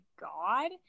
god